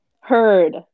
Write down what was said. Heard